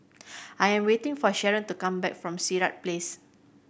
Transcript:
I am waiting for Sherron to come back from Sirat Place